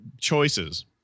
choices